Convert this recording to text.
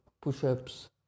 push-ups